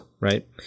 right